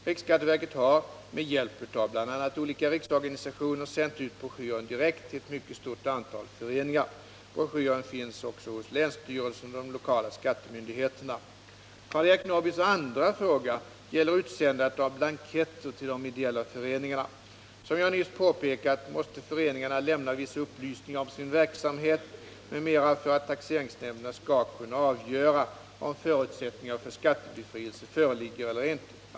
Riksskatteverket har — med hjälp av bl.a. olika riksorganisationer — sänt ut broschyren direkt till ett mycket stort antal föreningar. Broschyren finns även hos länsstyrelserna och de lokala skattemyndigheterna. Karl-Eric Norrbys andra fråga gäller utsändandet av blanketter till de ideella föreningarna. Som jag nyss påpekat måste föreningarna lämna vissa upplysningar om sin verksamhet m.m. för att taxeringsnämnderna skall kunna avgöra om förutsättningar för skattebefrielse föreligger eller inte.